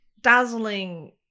dazzling